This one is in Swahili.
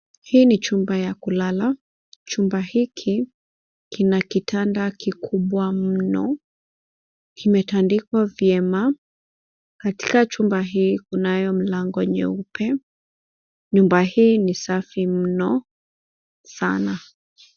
Hii ni chumba ya kulala. Chumba hiki kina kitanda kikubwa mno. Kimetandikwa vyema. Katika chumba hii kunayo mlango nyeupe. Nyumba hii ni safi mno sana.